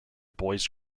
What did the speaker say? boys